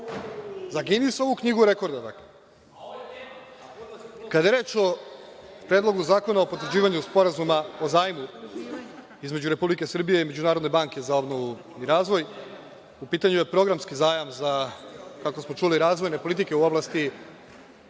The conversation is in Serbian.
Za Ginisovu knjigu rekorda. Kada je reč o Predlogu zakona o potvrđivanju Sporazuma o zajmu između Republike Srbije i Međunarodne banke za obnovu i razvoj, u pitanju je programski zajam za, kako smo čuli, razvojne politike u oblasti